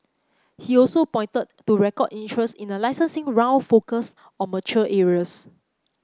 he also pointed to record interest in a licensing round focus on mature areas